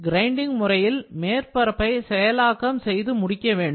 grinding முறையில் மேற்பரப்பை செயலாக்கம் செய்து முடிக்க வேண்டும்